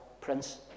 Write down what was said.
Prince